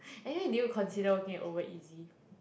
anyway did you consider working at OverEasy